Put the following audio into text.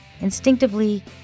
instinctively